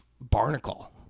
barnacle